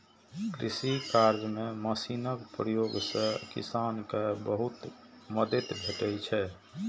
कृषि कार्य मे मशीनक प्रयोग सं किसान कें बहुत मदति भेटै छै